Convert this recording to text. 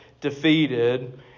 defeated